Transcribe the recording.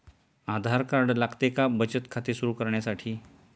आधार card लागते का बचत खाते सुरू करण्यासाठी?